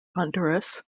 honduras